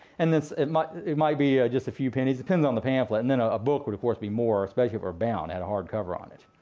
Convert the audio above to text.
and it might it might be just a few pennies, depends on the pamphlet. and then ah a book would, of course, be more especially it were bound, had a hard cover on it.